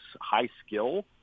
high-skill